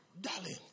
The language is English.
darling